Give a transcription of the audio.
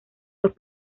los